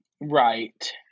Right